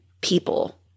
people